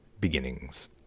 beginnings